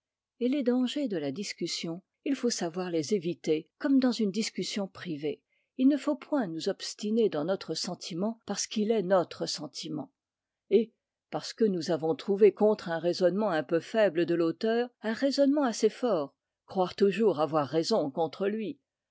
et les dangers de la discussion il faut savoir les éviter comme dans une discussion privée il ne faut point nous obstiner dans notre sentiment parce qu'il est notre sentiment et parce que nous avons trouvé contre un raisonnement un peu faible de l'auteur un raisonnement assez fort croire toujours avoir raison contre lui